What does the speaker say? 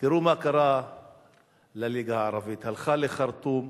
תראו מה קרה לליגה הערבית, הלכה לחרטום,